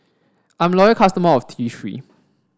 I'm a loyal customer of T three